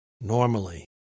Normally